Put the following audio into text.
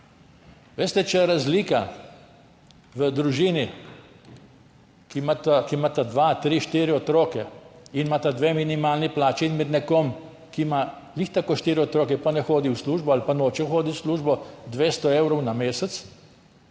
Veste, če je razlika v družini, ki ima dva, tri, štiri otroke in ima dve minimalni plači, in med nekom, ki ima ravno tako štiri otroke, pa ne hodi v službo ali pa noče hoditi v službo, 200 evrov na mesec,